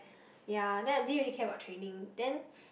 ya then I didn't really care about training then